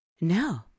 No